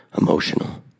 emotional